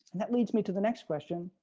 that leads me to the next question.